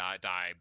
die